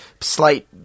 slight